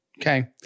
Okay